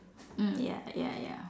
mm ya ya ya